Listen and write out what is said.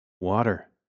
Water